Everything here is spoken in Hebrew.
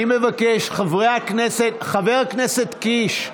אני מבקש, חברי הכנסת, חבר הכנסת קיש.